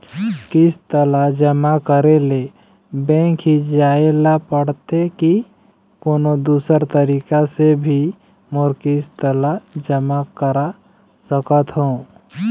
किस्त ला जमा करे ले बैंक ही जाए ला पड़ते कि कोन्हो दूसरा तरीका से भी मोर किस्त ला जमा करा सकत हो?